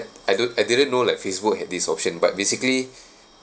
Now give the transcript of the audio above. I don't I didn't know like facebook had this option but basically